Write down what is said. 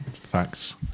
Facts